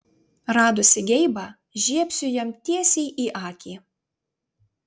radusi geibą žiebsiu jam tiesiai į akį